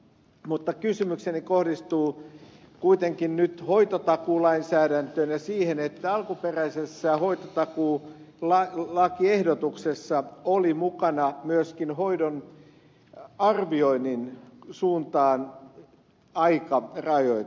mutta kysymykseni kohdistuu kuitenkin nyt hoitotakuulainsäädäntöön ja siihen että alkuperäisessä hoitotakuulakiehdotuksessa oli mukana myöskin hoidon arvioinnin aikarajoite